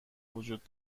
وجود